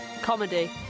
Comedy